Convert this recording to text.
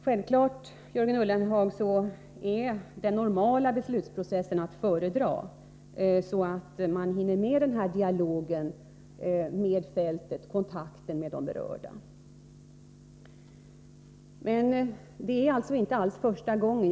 Självfallet, Jörgen Ullenhag, är den normala beslutsprocessen att föredra, så att man hinner med dialogen ute på fältet, kontakten med de berörda. Men det är alltså inte första gången man tvingas göra på ett annat sätt.